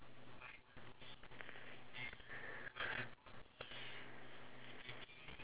oh there's this uh country I'm not sure wherever I keep on seeing photos of it like